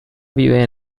vive